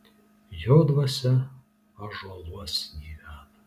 jo dvasia ąžuoluos gyvena